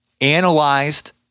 analyzed